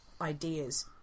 ideas